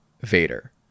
Vader